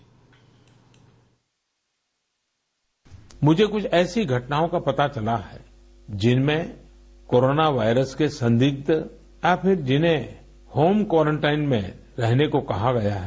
bite मुझे कुछ ऐसी घटनाओं का पता चला है जिनमें कोरोना वायरस के संदिग्ध ऐसे जिन्हें होम क्वारेंटाइन में रहने को कहा गया है